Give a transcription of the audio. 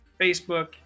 Facebook